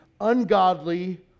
ungodly